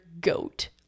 goat